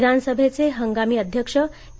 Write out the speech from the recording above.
विधानसभेचे हंगामी अध्यक्ष के